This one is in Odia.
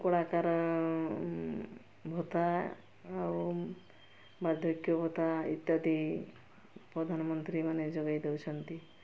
କଳାକାର ଭତ୍ତା ଆଉ ବାର୍ଦ୍ଧକ୍ୟ ଭତ୍ତା ଇତ୍ୟାଦି ପ୍ରଧାନମନ୍ତ୍ରୀମାନେ ଯୋଗାଇ ଦଉଛନ୍ତି